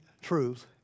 truth